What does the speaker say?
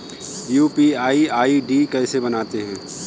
UPI ID कैसे बनाते हैं?